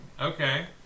Okay